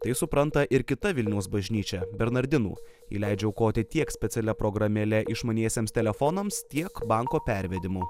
tai supranta ir kita vilniaus bažnyčia bernardinų ji leidžia aukoti tiek specialia programėle išmaniesiems telefonams tiek banko pervedimu